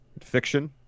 fiction